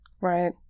Right